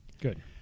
Good